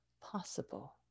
possible